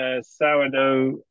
sourdough